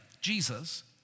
Jesus